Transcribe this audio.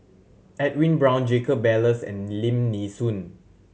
Edwin Brown Jacob Ballas and Lim Nee Soon